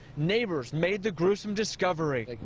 neighbors made the gruesome discovery.